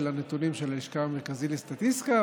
הנתונים של הלשכה המרכזית לסטטיסטיקה,